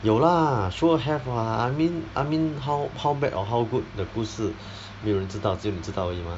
有 sure have [what] I mean I mean how how bad or how good the 故事没有人知道只有你知道而已 mah